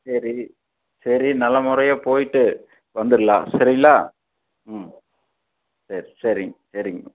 சரி சரி நல்லமுறையாக போயிவிட்டு வந்துட்லாம் சரிங்களா ம் சரி சரிங்க சரிங்க